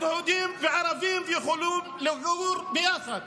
וגם ליהודים ולערבים שיוכלו לגור יחד.